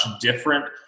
different